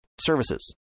services